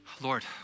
Lord